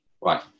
right